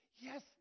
Yes